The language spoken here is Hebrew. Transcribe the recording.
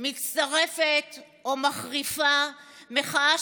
מצטרפת או מחריפה מחאה,